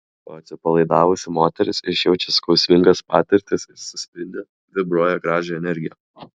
o atsipalaidavusi moteris išjaučia skausmingas patirtis ir suspindi vibruoja gražią energiją